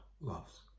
loves